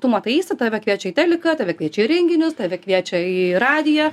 tu mataisi tave kviečia į teliką tave kviečia į renginius tave kviečia į radiją